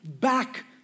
back